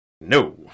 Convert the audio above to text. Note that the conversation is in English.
No